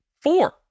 four